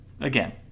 again